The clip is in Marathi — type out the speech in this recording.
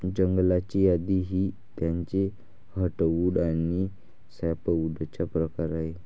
जंगलाची यादी ही त्याचे हर्टवुड आणि सॅपवुडचा प्रकार आहे